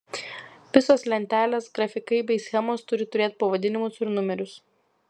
visos lentelės grafikai bei schemos turi turėti pavadinimus ir numerius